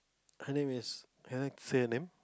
her name is can I say her name